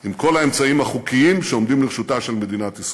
עם כל האמצעים החוקיים שעומדים לרשותה של מדינת ישראל.